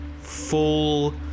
full